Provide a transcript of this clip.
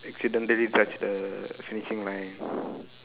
accidentally touch the finishing line